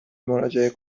مراجعه